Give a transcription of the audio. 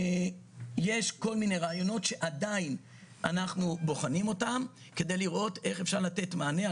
יש כל מיני רעיונות שאנחנו בוחנים אותם כדי לראות איך אפשר לתת מענה.